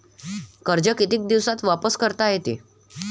कर्ज कितीक दिवसात वापस करता येते?